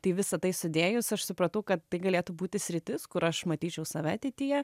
tai visa tai sudėjus aš supratau kad tai galėtų būti sritis kur aš matyčiau save ateityje